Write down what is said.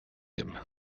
him